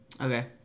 Okay